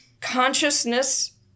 consciousness